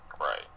Right